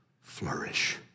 flourish